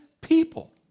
people